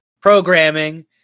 programming